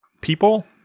people